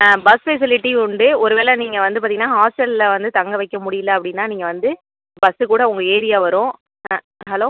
ஆ bus facility உண்டு ஒருவேளை நீங்கள் வந்து பார்த்திங்கன்னா ஹாஸ்ட்டலில் வந்து தங்க வைக்க முடியல அப்படினா நீங்கள் வந்து பஸ்ஸு கூட உங்கள் ஏரியா வரும் ஹலோ